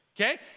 Okay